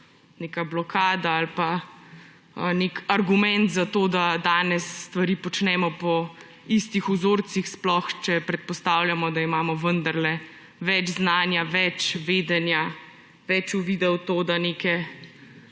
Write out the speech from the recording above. neka blokada ali pa nek argument za to, da danes stvari počnemo po istih vzorcih. Sploh, če predpostavljamo, da imamo vendarle več znanja, več vedenja, več uvida v to, da neke